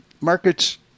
markets